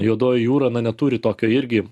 juodoji jūra na neturi tokio irgi